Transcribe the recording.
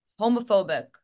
homophobic